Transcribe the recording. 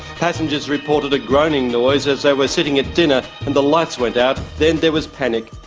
passengers reported a groaning noise as they were sitting at dinner and the lights went out, then there was panic.